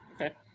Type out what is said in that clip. Okay